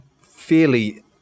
fairly